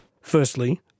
Firstly